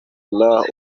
guhitana